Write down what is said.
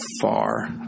far